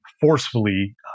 forcefully